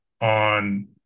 on